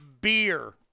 beer